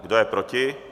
Kdo je proti?